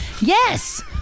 Yes